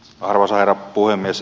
arvoisa herra puhemies